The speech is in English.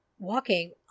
walking